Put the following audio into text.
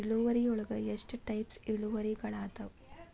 ಇಳುವರಿಯೊಳಗ ಎಷ್ಟ ಟೈಪ್ಸ್ ಇಳುವರಿಗಳಾದವ